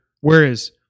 whereas